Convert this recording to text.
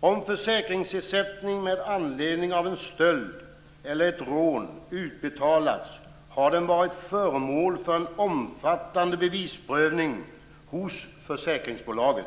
Om försäkringsersättning med anledning av en stöld eller ett rån har utbetalats har den varit föremål för en omfattande bevisprövning hos försäkringsbolaget.